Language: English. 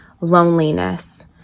loneliness